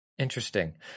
Interesting